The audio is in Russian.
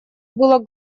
было